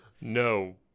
No